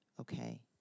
Okay